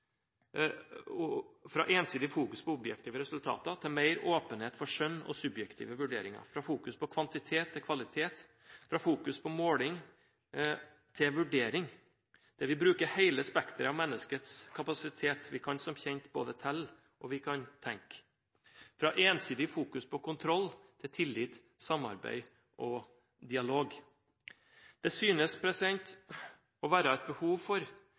fokus på objektive resultater til mer åpenhet for skjønn og subjektive vurderinger – fra fokus på kvantitet til kvalitet, fra fokus på måling til vurdering, der vi bruker hele spekteret av menneskets kapasitet – vi kan som kjent både telle og tenke – fra ensidig fokus på kontroll til tillit, samarbeid og dialog. Det synes å være et behov for